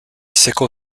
sickle